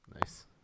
nice